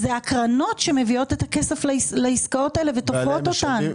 אלה הקרנות שמביאות את הכסף לעסקאות האלה ותופרות אותן.